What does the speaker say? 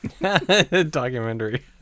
Documentary